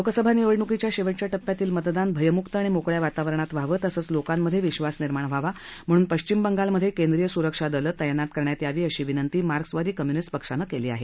लोकसभा निवडणूकीच्या शेवटच्या टप्प्यातील मतदान भयमुक्त आणि मोकळया वातावरणात व्हावं तसंच लोकांमध्ये विद्वास निर्माण व्हावा म्हणून पश्चिम बंगालमधे केंद्रीय सुरक्षा दलं तप्तित करण्यात यावी अशी विनंती मार्क्सवादी कम्युनिस्ट पक्षानं केली आहे